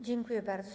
Dziękuję bardzo.